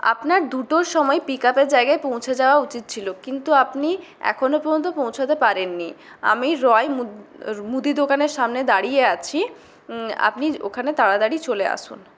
আপনার দুটোর সময় পিক আপের জায়গায় পৌঁছে যাওয়া উচিত ছিল কিন্তু আপনি এখনো পর্যন্ত পৌঁছোতে পারেননি আমি রয় মুদ মুদি দোকানের সামনে দাঁড়িয়ে আছি আপনি ওখানে তাড়াতাড়ি চলে আসুন